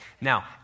Now